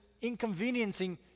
inconveniencing